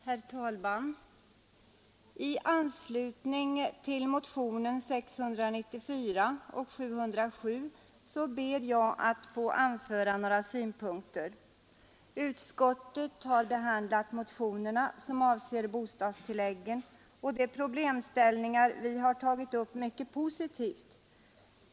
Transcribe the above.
Herr talman! I anslutning till motionerna 694 och 707 ber jag att få anföra några synpunkter. Utskottet har behandlat motionerna, som avser bostadstilläggen, och de problemställningar vi tagit upp mycket positivt.